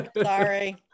Sorry